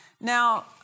Now